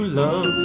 love